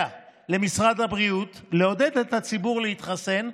למשרד הבריאות לעודד את הציבור להתחסן,